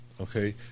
okay